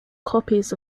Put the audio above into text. copies